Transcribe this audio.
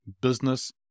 business